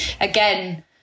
again